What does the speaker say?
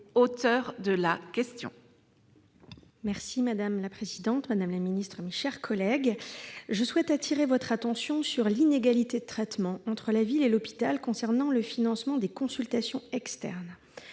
auteure de la question